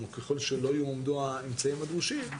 או ככל שלא יועמדו האמצעים הדרושים,